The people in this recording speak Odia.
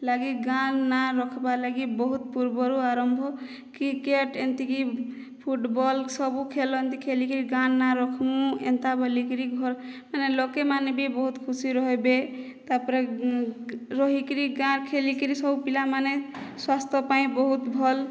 ଲାଗି ଗାଁର୍ ନା ରଖ୍ବାର୍ ଲାଗି ବହୁତ ପୂର୍ବରୁ ଆରମ୍ଭ କ୍ରିକେଟ ଏନ୍ତିକି ଫୁଟବଲ ସବୁ ଖେଲ ଏମିତି ଖେଳିକରି ଗାଁର୍ ନାଁ ରଖ୍ମୁ ଏନ୍ତା ବୋଲି କରି ଘର୍ ମାନେ ଲୋକମାନେ ବି ବହୁତ ଖୁସି ରହିବେ ତା ପରେ ରହିକରି ଗାଁରେ ଖେଳିକରି ସବୁ ପିଲାମାନେ ସ୍ୱାସ୍ଥ୍ୟ ପାଇଁ ବହୁତ ଭଲ୍